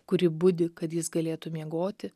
kuri budi kad jis galėtų miegoti